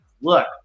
Look